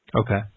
Okay